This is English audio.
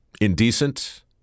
Indecent